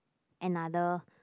another